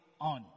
on